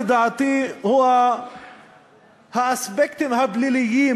העיקר לדעתי הוא האספקטים הפליליים,